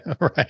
Right